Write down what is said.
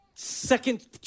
Second